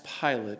Pilate